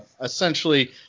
essentially